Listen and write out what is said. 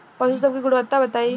पशु सब के गुणवत्ता बताई?